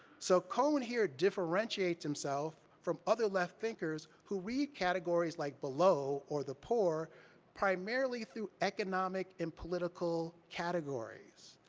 so cone here differentiates himself from other left thinkers who read categories like below or the poor primarily through economic and political categories.